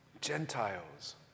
Gentiles